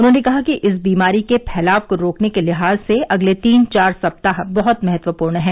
उन्होंने कहा कि इस बीमारी के फैलाव को रोकने के लिहाज से अगले तीन चार सप्ताह बहुत महत्वपूर्ण हैं